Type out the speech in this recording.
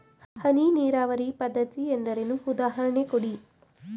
ಹನಿ ನೀರಾವರಿ ಪದ್ಧತಿ ಎಂದರೇನು, ಉದಾಹರಣೆ ಕೊಡಿ?